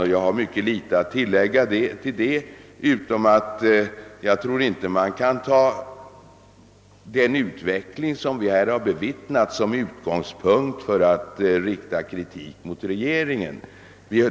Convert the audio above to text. Jag har här mycket litet att tillägga utom det att jag inte tror att man kan ta den utveckling vi bevittnat till utgångspunkt för att rikta kritik mot regeringen.